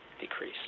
decrease